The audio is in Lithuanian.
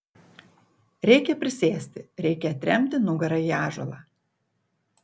reikia prisėsti reikia atremti nugarą į ąžuolą